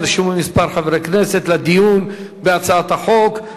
נרשמו כמה חברי כנסת לדיון בהצעת החוק.